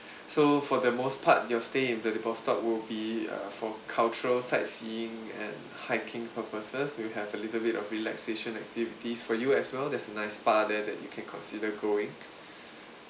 so for the most part your stay in vladivostok will be uh for cultural sightseeing and hiking purposes we'll have a little bit of relaxation activities for you as well there's a nice spa there that you can consider going